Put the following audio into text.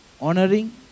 honoring